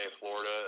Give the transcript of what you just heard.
Florida